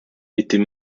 était